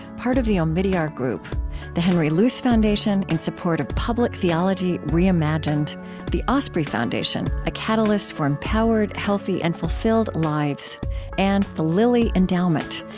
part of the omidyar group the henry luce foundation, in support of public theology reimagined the osprey foundation, a catalyst for empowered, healthy, and fulfilled lives and the lilly endowment,